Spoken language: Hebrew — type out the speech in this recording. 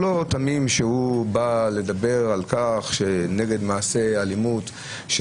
הוא לא בא לדבר נגד מעשי אלימות של